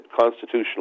constitutional